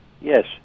Yes